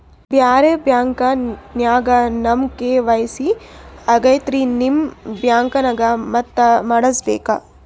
ಬ್ಯಾರೆ ಬ್ಯಾಂಕ ನ್ಯಾಗ ನಮ್ ಕೆ.ವೈ.ಸಿ ಆಗೈತ್ರಿ ನಿಮ್ ಬ್ಯಾಂಕನಾಗ ಮತ್ತ ಮಾಡಸ್ ಬೇಕ?